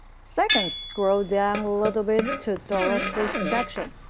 second, scroll down little bit to directory section.